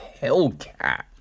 hellcat